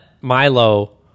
Milo